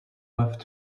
left